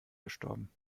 gestorben